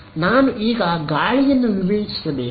ನಾನು ಈಗ ಗಾಳಿಯನ್ನು ವಿವೇಚಿಸಬೇಕೇ